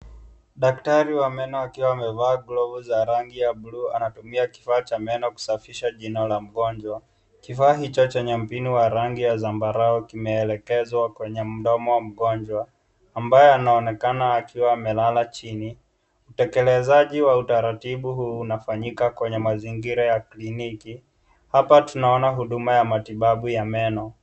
Daktari wa meno akiwa amevaa glafu za rangi ya buluu anatumia kifaa cha meno kusafisha jino la mgonjwa, kifaa hicho chenye mpini wa rangi ya sambarau kimeelekezwa kwenye mdomo wa mgonjwa ambaye anaonekana akiwa amelala chini utekelezaji wa utaratibu huu unafanyika kwenye mazingira ya kiliniki hapa tunaona huduma ya matibabu ya meno.